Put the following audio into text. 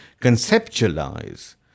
conceptualize